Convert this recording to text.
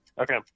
Okay